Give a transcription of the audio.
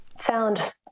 sound